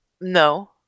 No